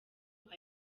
koko